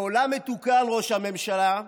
בעולם מתוקן, ראש הממשלה,